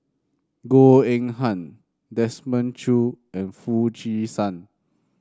Goh Eng Han Desmond Choo and Foo Chee San